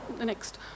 next